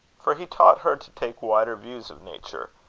for he taught her to take wider views of nature,